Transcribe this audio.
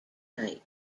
night